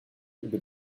über